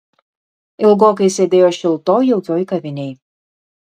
ilgokai sėdėjo šiltoj jaukioj kavinėj